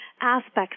aspects